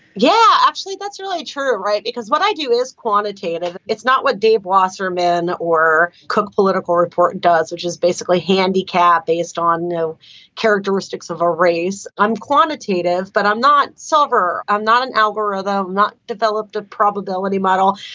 yeah, actually, that's really true. right. because what i do is quantitative. it's not what dave wasserman or cook political report does, which is basically handicap based on know characteristics of a race. i'm quantitative, but i'm not solver. i'm not an algorithm, not developed a probability model.